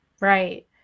right